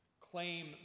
claim